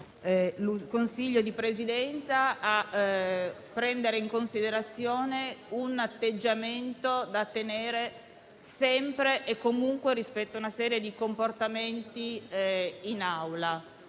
il Consiglio di Presidenza a prendere in considerazione l'adozione di un atteggiamento da tenere sempre e comunque rispetto a una serie di comportamenti assunti